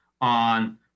on